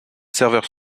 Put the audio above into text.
serveur